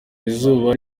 izuba